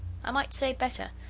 i might say better,